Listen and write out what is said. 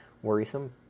Worrisome